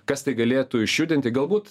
kas tai galėtų išjudinti galbūt